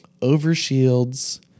overshields